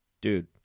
Dude